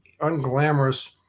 unglamorous